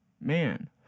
man